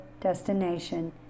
destination